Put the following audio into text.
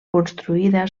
construïda